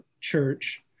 church